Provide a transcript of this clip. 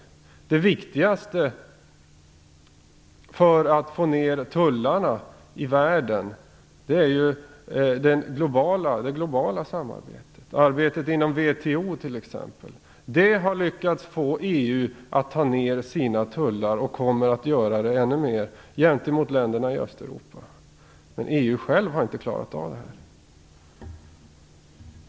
Det viktigaste för att få ner tullarna i världen är det globala samarbetet och arbetet inom WTO t.ex. Det har lyckats få EU att sänka sina tullar gentemot länderna i Östeuropa, och kommer att göra det ännu mer i framtiden. Men EU självt har inte klarat av detta.